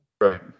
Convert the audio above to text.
right